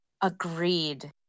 agreed